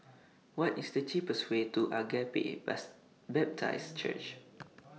What IS The cheapest Way to Agape Baptist Church